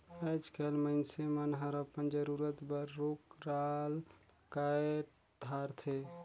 आयज कायल मइनसे मन हर अपन जरूरत बर रुख राल कायट धारथे